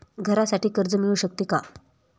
घरासाठी कर्ज मिळू शकते का?